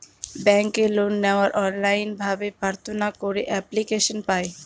ব্যাঙ্কে লোন নেওয়ার অনলাইন ভাবে প্রার্থনা করে এপ্লিকেশন পায়